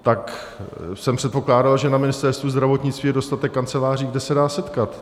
Tak jsem předpokládal, že na Ministerstvu zdravotnictví je dostatek kanceláří, kde se dá setkat.